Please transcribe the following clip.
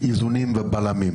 איזונים ובלמים.